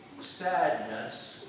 sadness